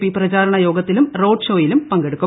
P പ്രചാരണ യോഗത്തിലും road ഷോയിലും പങ്കെടുക്കും